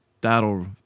That'll